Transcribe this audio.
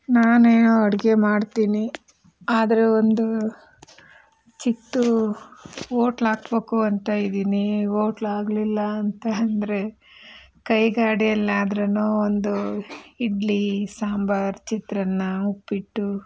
ನಾನೇ ಅಡುಗೆ ಮಾಡ್ತೀನಿ ಆದರೆ ಒಂದು ಚಿಕ್ಕದು ಹೋಟ್ಲ್ ಹಾಕಬೇಕು ಅಂತ ಇದ್ದೀನಿ ಹೋಟ್ಲ್ ಆಗಲಿಲ್ಲ ಅಂತ ಅಂದರೆ ಕೈ ಗಾಡಿಯಲ್ಲಾದರೂನೂ ಒಂದು ಇಡ್ಲಿ ಸಾಂಬಾರು ಚಿತ್ರಾನ್ನ ಉಪ್ಪಿಟ್ಟು